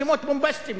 שמות בומבסטיים.